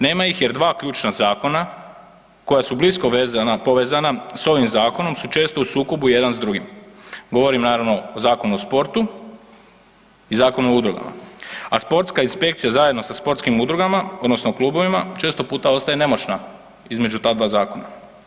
Nema ih jer dva ključna zakona koja su blisko povezana s ovim zakonom su često u sukobu jedan s drugim, govorim naravno o Zakonu o sportu i Zakonu o udrugama, a sportska inspekcija zajedno sa sportskim udrugama odnosno klubovima često puta ostaje nemoćna između ta dva zakona.